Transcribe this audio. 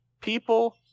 People